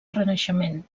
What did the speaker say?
renaixement